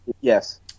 Yes